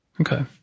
Okay